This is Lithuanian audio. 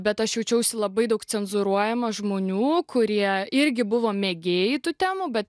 bet aš jaučiausi labai daug cenzūruojama žmonių kurie irgi buvo mėgėjai tų temų bet